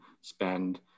spend